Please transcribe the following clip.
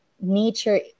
nature